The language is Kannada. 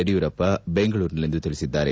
ಯಡಿಯೂರಪ್ಪ ಬೆಂಗಳೂರಿನಲ್ಲಿಂದು ತಿಳಿಸಿದ್ದಾರೆ